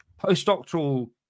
postdoctoral